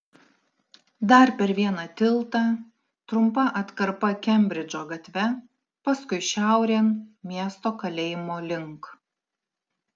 dar per vieną tiltą trumpa atkarpa kembridžo gatve paskui šiaurėn miesto kalėjimo link